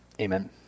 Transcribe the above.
Amen